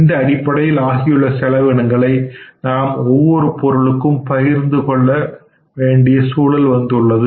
இந்த அடிப்படையில் ஆகியுள்ள செலவினங்களை நாம் ஒவ்வொரு பொருளுக்கும் பகிர்ந்துகொள்ள வேண்டிய சூழல் வந்துள்ளது